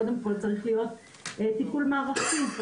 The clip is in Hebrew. קודם כל צריך להיות טיפול מערכתי.